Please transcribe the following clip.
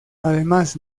además